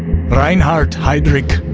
reinhard heydrich,